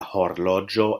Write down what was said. horloĝo